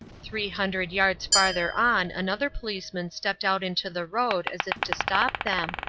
three hundred yards farther on another policeman stepped out into the road as if to stop them,